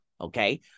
Okay